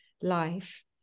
life